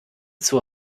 zur